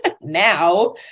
now